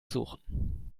suchen